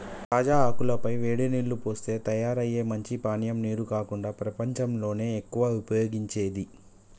తాజా ఆకుల పై వేడి నీల్లు పోస్తే తయారయ్యే మంచి పానీయం నీరు కాకుండా ప్రపంచంలో ఎక్కువగా ఉపయోగించేది